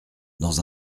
dans